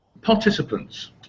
participants